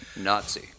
Nazi